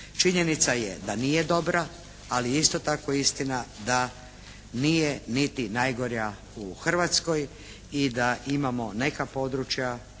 Činjenica je da nije dobra, ali je isto tako istina da nije niti najgora u Hrvatskoj i da imamo neka područja